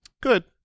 Good